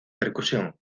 percusión